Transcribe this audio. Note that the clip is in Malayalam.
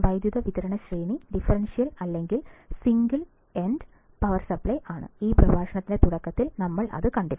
വൈദ്യുതി വിതരണ ശ്രേണി ഡിഫറൻഷ്യൽ അല്ലെങ്കിൽ സിംഗിൾ എൻഡ് പവർ സപ്ലൈ ആണ് ഈ പ്രഭാഷണത്തിന്റെ തുടക്കത്തിൽ ഞങ്ങൾ കണ്ടു